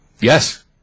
Yes